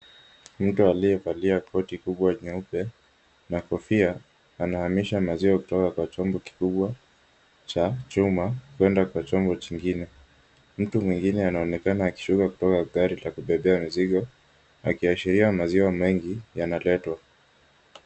Mtu aliyevalia koti kubwa nyeupe na kofia anahamisha maziwa kutoka kwa chombo kikubwa cha chuma kuenda kwa chombo chingine. Mtu mwingine anaonekana akishuka kutoka gari la kubebea mizigo akiashiria maziwa mengi yanaletwa.